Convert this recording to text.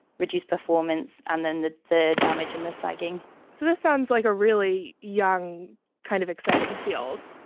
reduce performance and then the the damage and the sagging so this sounds like a really young kind of exciting field.